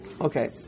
okay